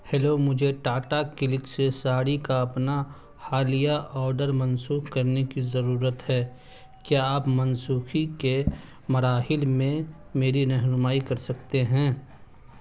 hello مجھے Tata cliq سے ساڑی کا اپنا حالیہ آرڈر منسوخ کرنے کی ضرورت ہے کیا آپ منسوخی کے مراحل میں میری رہنمائی کر سکتے ہیں